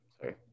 sorry